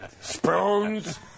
Spoons